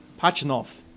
Pachinov